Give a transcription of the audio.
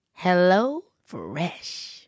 HelloFresh